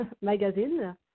Magazine